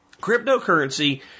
Cryptocurrency